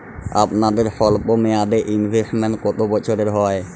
আপনাদের স্বল্পমেয়াদে ইনভেস্টমেন্ট কতো বছরের হয়?